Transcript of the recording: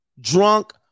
drunk